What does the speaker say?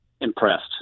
Impressed